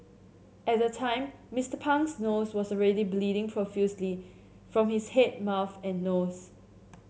at the time Mister Pang's nose was already bleeding profusely from his head mouth and nose